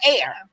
air